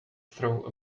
throw